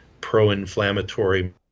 pro-inflammatory